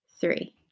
three